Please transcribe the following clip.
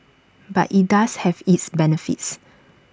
but IT does have its benefits